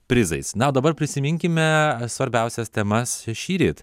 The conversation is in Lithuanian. prizais na o dabar prisiminkime svarbiausias temas šįryt